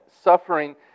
suffering